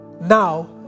Now